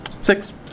Six